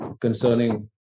concerning